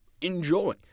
enjoy